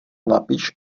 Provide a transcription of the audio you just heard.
napiš